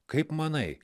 kaip manai